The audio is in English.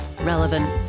relevant